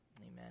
Amen